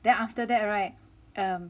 then after that [right]